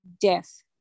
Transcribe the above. death